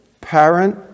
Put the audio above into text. parent